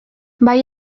bai